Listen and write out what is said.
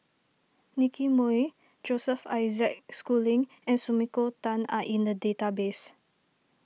Nicky Moey Joseph Isaac Schooling and Sumiko Tan are in the database